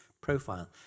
profile